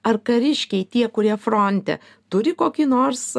ar kariškiai tie kurie fronte turi kokį nors